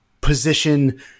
position